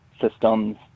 systems